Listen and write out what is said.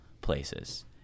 places